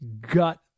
gut